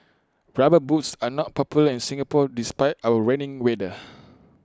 rubber boots are not popular in Singapore despite our rainy weather